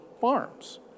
farms